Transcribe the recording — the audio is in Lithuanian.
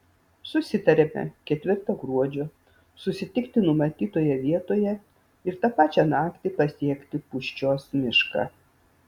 susitariame ketvirtą gruodžio susitikti numatytoje vietoje ir tą pačią naktį pasiekti pūščios mišką